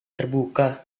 terbuka